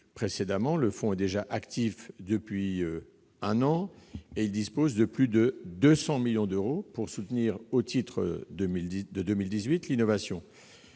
précédemment, le fonds est déjà actif depuis un an et dispose de plus de 200 millions d'euros, pour soutenir, au titre de 2018, l'innovation.